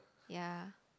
ya